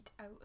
out